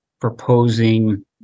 proposing